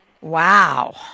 Wow